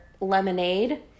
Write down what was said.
lemonade